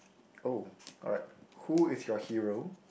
oh alright who is your hero